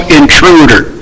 intruder